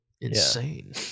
insane